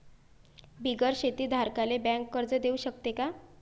बिगर शेती धारकाले बँक कर्ज देऊ शकते का?